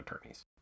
attorneys